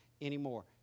anymore